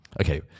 okay